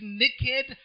naked